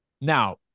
Now